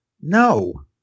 no